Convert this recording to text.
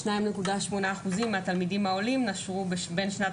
2.8% מהתלמידים העולים נשרו בין שנת